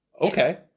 okay